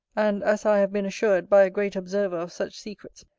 and as i have been assured by a great observer of such secrets,